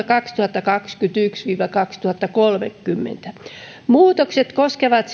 kaksituhattakaksikymmentäyksi viiva kaksituhattakolmekymmentä muutokset koskevat